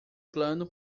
plano